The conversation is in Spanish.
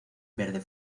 verde